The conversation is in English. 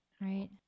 right